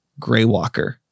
Greywalker